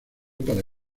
para